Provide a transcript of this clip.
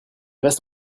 reste